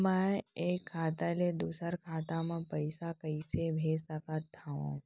मैं एक खाता ले दूसर खाता मा पइसा कइसे भेज सकत हओं?